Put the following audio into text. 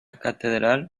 catedral